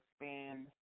expand